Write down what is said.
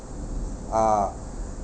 ah